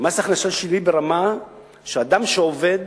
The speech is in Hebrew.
מס הכנסה שלילי ברמה שאדם שעובד